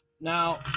Now